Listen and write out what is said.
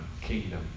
kingdom